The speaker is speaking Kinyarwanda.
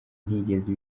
ntiyigeze